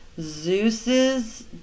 Zeus's